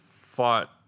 fought